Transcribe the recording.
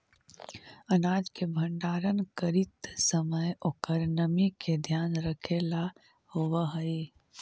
अनाज के भण्डारण करीत समय ओकर नमी के ध्यान रखेला होवऽ हई